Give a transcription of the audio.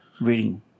Reading